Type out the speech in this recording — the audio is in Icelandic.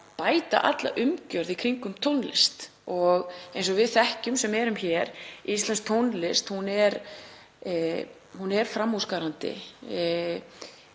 bæta alla umgjörð í kringum tónlist. Eins og við þekkjum sem erum hér er íslensk tónlist framúrskarandi.